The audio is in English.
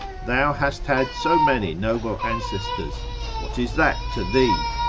thou hast had so many noble ancestors what is that to thee?